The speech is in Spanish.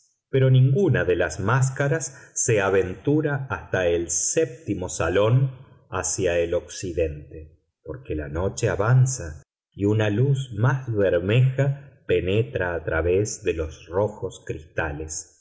pero ninguna de las máscaras se aventura hasta el séptimo salón hacia el occidente porque la noche avanza y una luz más bermeja penetra a través de los rojos cristales